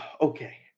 okay